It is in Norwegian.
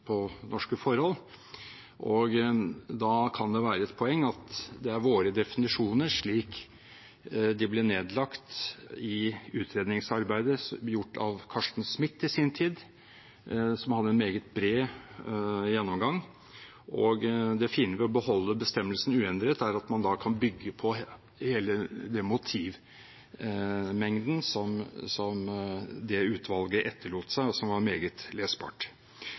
norske forhold. Da kan det være et poeng med våre definisjoner, slik de ble nedlagt i utredningsarbeidet gjort av Carsten Smith i sin tid, som hadde en meget bred gjennomgang. Det fine ved å beholde bestemmelsen uendret er at man da kan bygge på hele den motivmengden det utvalget etterlot seg, og som var meget lesbart.